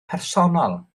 personol